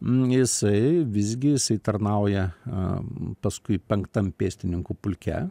jisai visgi jisai tarnauja paskui penktam pėstininkų pulke